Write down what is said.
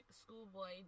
Schoolboy